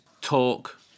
talk